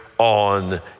on